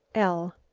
l.